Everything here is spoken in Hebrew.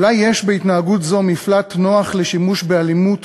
אולי יש בהתנהגות זו מפלט נוח לשימוש באלימות